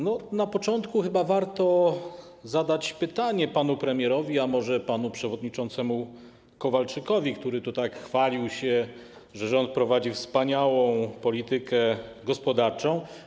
Na początku chyba warto zadać pytanie panu premierowi, a może panu przewodniczącemu Kowalczykowi, który tak się chwalił, że rząd prowadzi wspaniałą politykę gospodarczą.